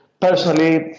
Personally